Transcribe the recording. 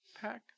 pack